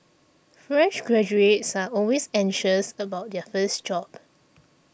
fresh graduates are always anxious about their first job